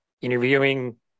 interviewing